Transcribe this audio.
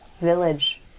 village